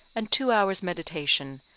and two hours' meditation,